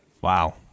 Wow